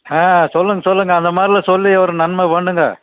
ஆ சொல்லுங்க சொல்லுங்கள் அந்த மாதிரிலா சொல்லி ஒரு நன்மை பண்ணுங்கள்